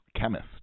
chemist